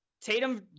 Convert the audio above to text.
Tatum